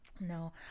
No